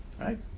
Right